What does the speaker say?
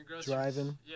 Driving